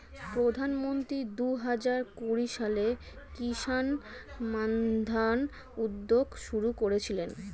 প্রধানমন্ত্রী দুহাজার কুড়ি সালে কিষান মান্ধান উদ্যোগ শুরু করেছিলেন